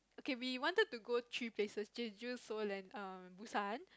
okay we wanted to go three places Jeju Seoul and um Busan